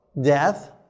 death